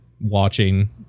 watching